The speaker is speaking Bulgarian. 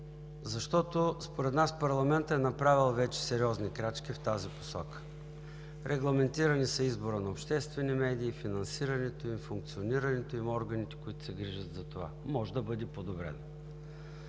защото според нас парламентът е направил вече сериозни крачки в тази посока? Регламентирани са изборите на обществени медии, финансирането им, функционирането им, органите, които се грижат за това – може да бъде подобрено.